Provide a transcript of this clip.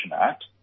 Act